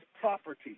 property